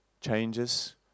changes